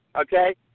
okay